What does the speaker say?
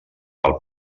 pel